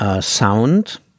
sound